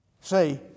See